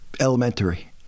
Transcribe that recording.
Elementary